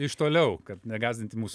iš toliau kad negąsdinti mūsų